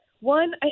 one